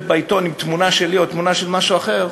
בעיתון עם תמונה שלי או תמונה של משהו אחר,